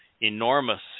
enormous